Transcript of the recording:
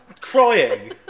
crying